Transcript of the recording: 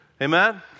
Amen